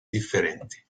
differenti